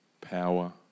power